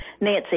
Nancy